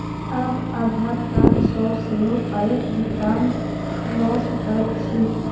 आब आधार कार्ड सँ सेहो पायक भुगतान ल सकैत छी